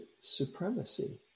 supremacy